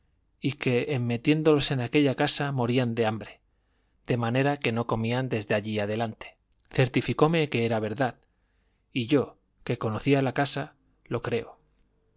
y que en metiéndolos en aquella casa morían de hambre de manera que no comían desde allí adelante certificóme que era verdad y yo que conocí la casa lo creo